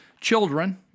children